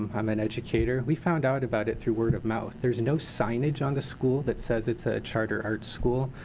i'm an educator, we found out about it through word-of-mouth, there's no signage on the school that says it's a charter arts school.